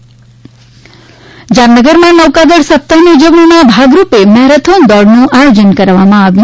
Jamnagar marathon જામનગરમાં નૌકાદળ સપ્તાહની ઉજવણીના ભાગરૂપે મેરેથીન દોડનું આયોજન કરવામાં આવ્યું